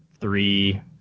three